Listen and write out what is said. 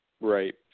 Right